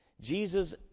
Jesus